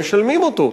הם משלמים אותו,